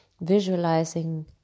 visualizing